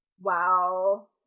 wow